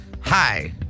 hi